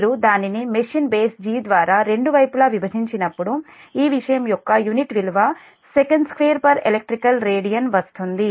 మీరు దానిని machine base G ద్వారా రెండు వైపులా విభజించినప్పుడు ఈ విషయం యొక్క యూనిట్ విలువ sec2elect radian వస్తుంది